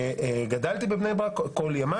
גדלתי בבני ברק כל ימיי.